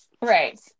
Right